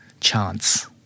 chance